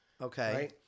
Okay